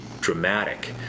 dramatic